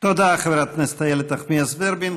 תודה, חברת הכנסת איילת נחמיאס ורבין.